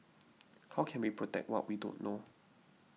how can we protect what we don't know